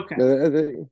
Okay